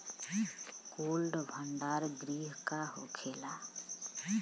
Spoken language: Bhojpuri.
कोल्ड भण्डार गृह का होखेला?